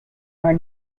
are